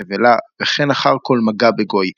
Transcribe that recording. נבלה וכן אחר כל מגע בגוי,